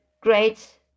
great